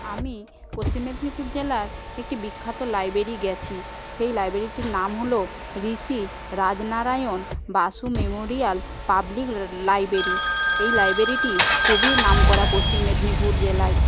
আমি পশ্চিম মেদিনীপুর জেলার একটি বিখ্যাত লাইব্রেরি গেছি সেই লাইব্রেরিটির নাম হল Rishi Rajnarayan Basu memorial public library এই লাইব্রেরিটি খুবই নাম করা পশ্চিম মেদিনীপুর জেলায়